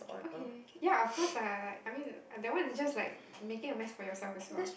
okay ya of course I like I mean that one is just like making a mess for yourself as well